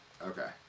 Okay